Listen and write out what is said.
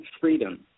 freedom